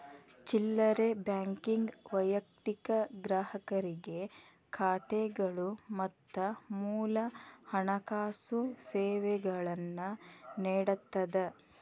ಚಿಲ್ಲರೆ ಬ್ಯಾಂಕಿಂಗ್ ವೈಯಕ್ತಿಕ ಗ್ರಾಹಕರಿಗೆ ಖಾತೆಗಳು ಮತ್ತ ಮೂಲ ಹಣಕಾಸು ಸೇವೆಗಳನ್ನ ನೇಡತ್ತದ